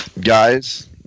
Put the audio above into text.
Guys